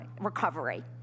recovery